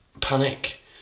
panic